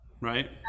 Right